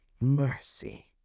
Mercy